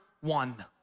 one